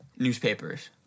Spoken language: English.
newspapers